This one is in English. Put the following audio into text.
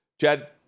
Chad